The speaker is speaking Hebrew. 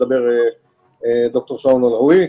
תדבר ד"ר שרון אלרעי.